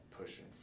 pushing